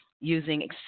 using